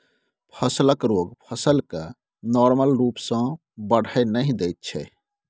फसलक रोग फसल केँ नार्मल रुप सँ बढ़य नहि दैत छै